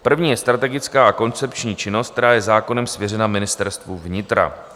První je strategická a koncepční činnost, která je zákonem svěřena Ministerstvu vnitra.